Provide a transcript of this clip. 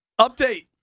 update